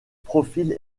profils